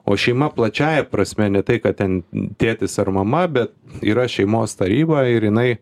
o šeima plačiąja prasme ne tai kad ten tėtis ar mama bet yra šeimos taryba ir jinai